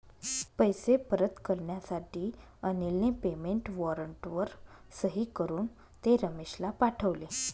पैसे परत करण्यासाठी अनिलने पेमेंट वॉरंटवर सही करून ते रमेशला पाठवले